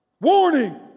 Warning